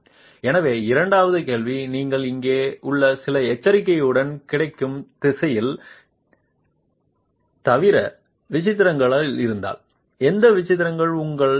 எனவே இரண்டாவது கேள்வி நீங்கள் இங்கே உள்ளது சில எச்சரிக்கையுடன் கிடைக்கும் திசையில் தவிர விசித்திரங்கள் இருந்தால் எந்த விசித்திரங்கள் உள்ளன